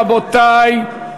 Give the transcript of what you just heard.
רבותי,